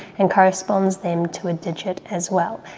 and corresponds them to a digit as well.